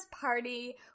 party